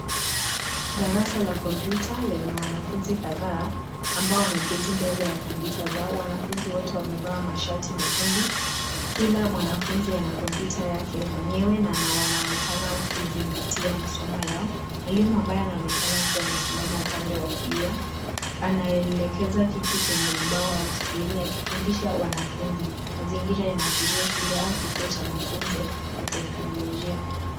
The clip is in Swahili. Darasa la kompyuta lenye wanafunzi kadhaa, ambao wameketi mbele ya kompyuta zao. Wanafunzi wote wamevaa mashati mekundu, kila mwanafunzi ana kompyuta yake mwenyewe na wanaonekana kuzingatia masomo yao. Mwalimu ambaye anaonekana akiwa amesimama upande wa kulia, anaelekeza kitu kwenye ubao au skrini akifundisha wanafunzi. Mazingira yanaashiria shule au kituo cha mafunzo na teknolojia.